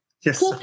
Yes